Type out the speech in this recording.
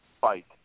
fight